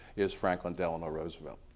is franklin delano roosevelt.